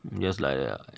just like that lah